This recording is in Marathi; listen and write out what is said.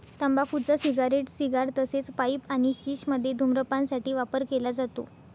तंबाखूचा सिगारेट, सिगार तसेच पाईप आणि शिश मध्ये धूम्रपान साठी वापर केला जातो